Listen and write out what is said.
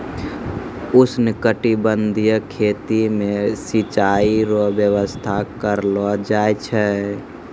उष्णकटिबंधीय खेती मे सिचाई रो व्यवस्था करलो जाय छै